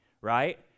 right